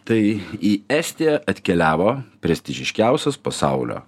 tai į estiją atkeliavo prestižiškiausias pasaulio